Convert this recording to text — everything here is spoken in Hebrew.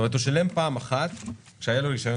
הוא שילם פעם אחת כשהיה לו רישיון